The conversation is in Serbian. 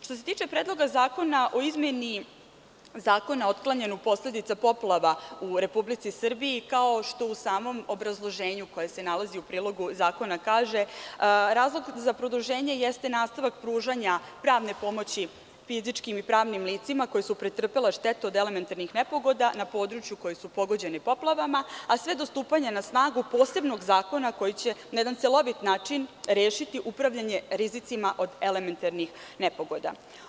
Što se tiče Predloga zakona o izmeni Zakona o otklanjanju posledica poplava u Republici Srbiji kao što u samom obrazloženju koje se nalazi u prilogu zakona kaže – razlog za produženje jeste nastavak pružanja pravne pomoći fizičkim i pravnim licima koji su pretrpeli štetu od elementarnih nepogoda na području koji su pogođeni poplavama, a sve do stupanja na snagu posebnog zakona koji će na jedan celovit način rešiti upravljanje rizicima od elementarnih nepogoda.